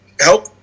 help